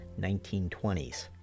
1920s